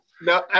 No